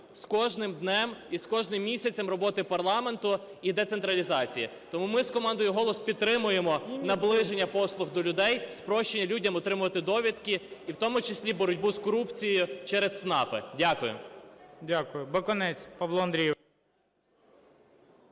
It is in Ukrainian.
з кожним днем і з кожним місяцем роботи парламенту і децентралізації. Тому ми з командою "Голос" підтримуємо наближення послуг до людей, спрощення людям отримувати довідки, і в тому числі боротьбу з корупцією через ЦНАПи. Дякую. ГОЛОВУЮЧИЙ. Дякую. Бакунець Павло Андрійович.